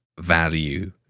value